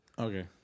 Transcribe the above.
Okay